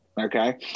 Okay